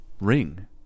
Ring